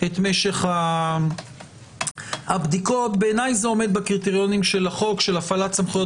את משך הבדיקות בעיניי זה אומר בקריטריונים של החוק של הפעלת סמכויות